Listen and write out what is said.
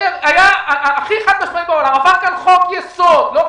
הכי חד-משמעי בעולם: עבר כאן חוק-יסוד,